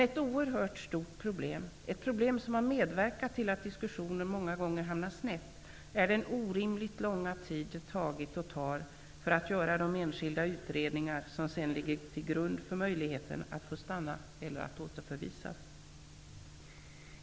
Ett oerhört stort problem -- ett problem som har medverkat till att diskussionerna många gånger hamnat snett -- är den orimligt långa tid det tagit och tar för att göra de enskilda utredningar som sedan ligger till grund för möjligheten att få stanna eller att återförvisas.